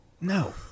No